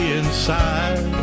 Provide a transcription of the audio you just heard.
inside